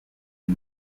des